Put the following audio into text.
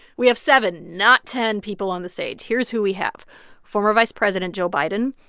we have seven, not ten, people on the stage. here's who we have former vice president joe biden,